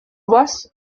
вас